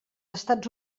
estats